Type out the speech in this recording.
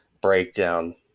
breakdown